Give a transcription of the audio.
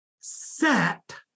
set